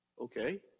Okay